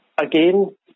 again